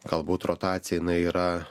galbūt rotacija jinai yra